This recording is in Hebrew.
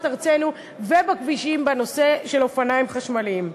ארצנו ובכבישים בנושא של אופניים חשמליים.